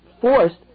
forced